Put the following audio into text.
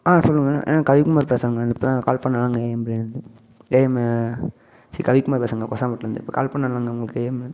ஆ சொல்லுங்கள் ஆ கவிகுமார் பேசுறேங்க இந்த இப்போ தாங்க கால் பண்ணலேங்க ஏ எம் பிரியாணிலேர்ந்து ஏ எம்மு ச்சீ கவிகுமார் பேசுறேங்க கொசாமேட்லேருந்து இப்போ கால் பண்ணலங்க உங்களுக்கு ஏ எம்மு